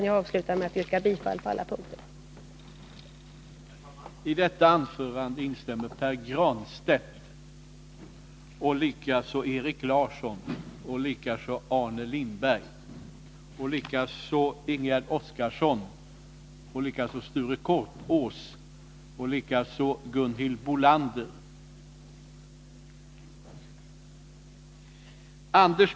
Jag avslutar alltså med att på alla punkter yrka